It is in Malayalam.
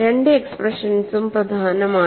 രണ്ട് എക്സ്പ്രഷൻസും പ്രധാനമാണ്